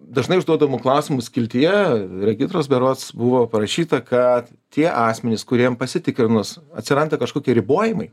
dažnai užduodamų klausimų skiltyje regitros berods buvo parašyta kad tie asmenys kuriem pasitikrinus atsiranda kažkokie ribojimai